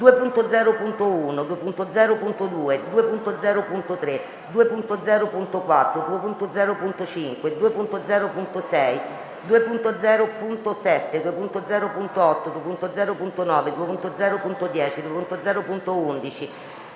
2.0.1, 2.0.2, 2.0.3, 2.0.4, 2.0.5, 2.0.6, 2.0.7, 2.0.8, 2.0.9, 2.0.10, 2.0.11,